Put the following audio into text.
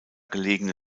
gelegene